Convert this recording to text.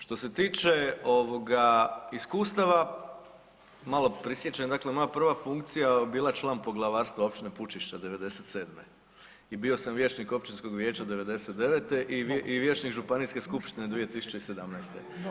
Što se tiče ovoga iskustava, malo prisjećam, dakle moja prva funkcija bila član poglavarstva općine Pušišća '97. i bio sam vijećnik općinskog vijeća '99. i vijećnik županijske skupštine 2017.